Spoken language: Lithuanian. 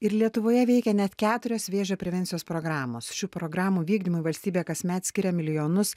ir lietuvoje veikia net keturios vėžio prevencijos programos šių programų vykdymui valstybė kasmet skiria milijonus